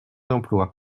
d’emplois